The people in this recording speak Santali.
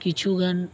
ᱠᱤᱪᱷᱩᱜᱟᱱ